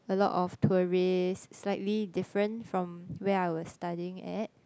a lot of tourist slightly different from where I was studying at